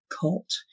cult